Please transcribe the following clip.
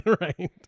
right